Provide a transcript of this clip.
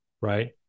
Right